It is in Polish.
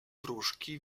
wróżki